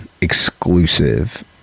exclusive